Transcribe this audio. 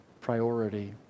priority